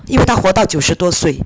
因为她活到九十多岁